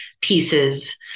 pieces